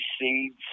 seeds